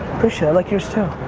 i like yours, too.